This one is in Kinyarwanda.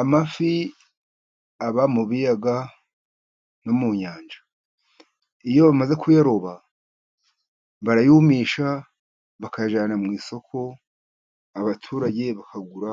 Amafi aba mu biyaga no mu nyanja, iyo bamaze kuyaroba barayumisha bakayajyana mu isoko, abaturage bakagura,